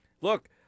look